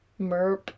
merp